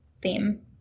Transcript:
theme